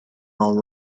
all